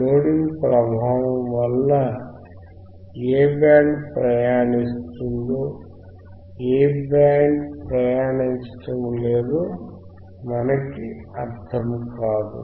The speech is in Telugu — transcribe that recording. లోడింగ్ ప్రభావం వల్ల ఏ బ్యాండ్ అనుమతించబడుతుందో ఏ బ్యాండ్ అనుమతించబడలేదో మనకు అర్థం కాదు